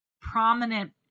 prominent